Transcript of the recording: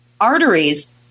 arteries